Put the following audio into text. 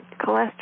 cholesterol